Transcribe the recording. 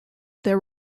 there